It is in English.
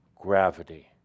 gravity